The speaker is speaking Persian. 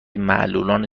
معلولان